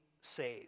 saved